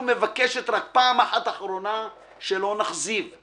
מבקשת רק פעם אחת אחרונה שלא נכזיב//